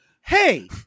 Hey